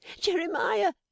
Jeremiah